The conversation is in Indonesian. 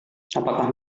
apakah